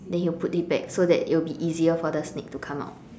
then he will put it back so that it will be easier for the snake to come out